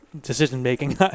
decision-making